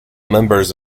members